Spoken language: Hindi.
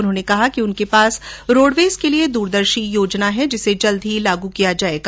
उन्होंने कहा कि उनके पास रोडवेज के लिए दूरदर्शी योजना है जिसे जल्द ही लागू किया जायेगा